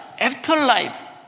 afterlife